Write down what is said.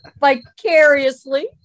vicariously